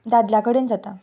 दादल्या कडेन जाता